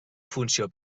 funció